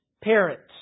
parents